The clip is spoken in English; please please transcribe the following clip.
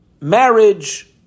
marriage